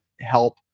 help